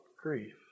grief